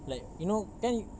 like you know kan you